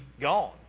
gone